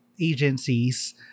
agencies